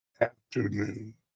afternoon